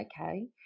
okay